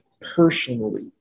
personally